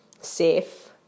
safe